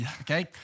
Okay